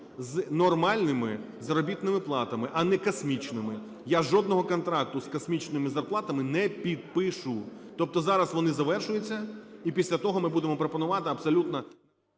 з нормальними заробітними платами, а не космічними. Я жодного контракту з космічними зарплатами не підпишу. Тобто зараз вони завершуються, і після того ми будемо пропонувати абсолютно…